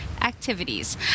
activities